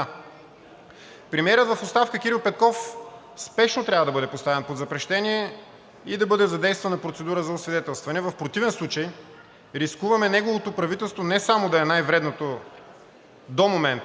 Премиерът в оставка Кирил Петков спешно трябва да бъде поставен под запрещение и да бъде задействана процедура за освидетелстване, в противен случай рискуваме неговото правителство не само да е най-вредното до момента,